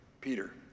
Peter